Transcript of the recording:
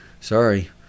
sorry